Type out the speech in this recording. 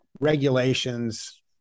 regulations